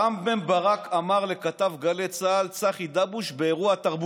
רם בן ברק אמר לכתב גלי צה"ל צחי דבוש באירוע תרבות: